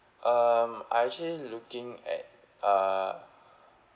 um I actually looking at uh